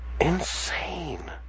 Insane